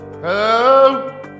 Hello